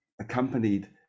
accompanied